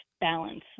balance